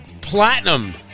Platinum